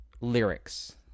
lyrics